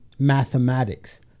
mathematics